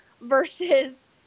versus